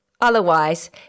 Otherwise